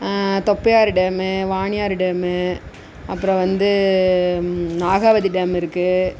Thoppaiyar dam Vaniyar dam அப்புறம் வந்து Nagavathi dam இருக்குது